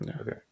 Okay